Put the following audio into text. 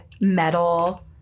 metal